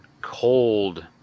cold